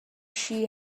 she